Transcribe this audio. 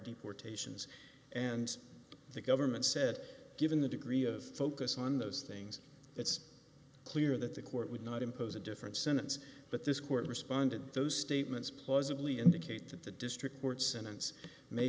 deportations and the government said given the degree of focus on those things it's clear that the court would not impose a different sentence but this court responded those statements plausibly indicate that the district court sentence may